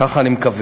כך אני מקווה.